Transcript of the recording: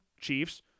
Chiefs